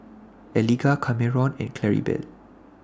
Eliga Kameron and Claribel